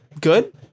good